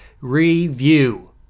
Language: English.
review